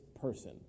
person